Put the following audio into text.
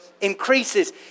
increases